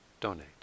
donate